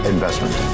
Investment